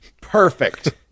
Perfect